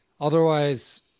Otherwise